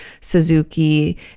Suzuki